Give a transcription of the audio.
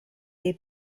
dei